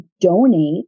donate